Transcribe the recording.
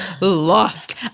lost